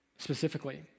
Specifically